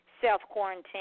self-quarantine